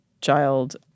child